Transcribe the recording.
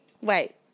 Wait